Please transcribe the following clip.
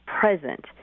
present